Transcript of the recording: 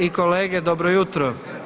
i kolege dobro jutro.